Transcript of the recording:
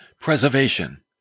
preservation